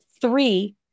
three